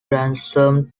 ransomed